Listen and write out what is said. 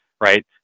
right